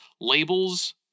labels